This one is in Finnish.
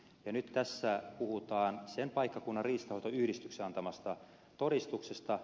nyt tässä puhutaan sen paikkakunnan riistanhoitoyhdistyksen antamasta todistuksesta